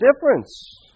difference